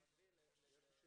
לנו.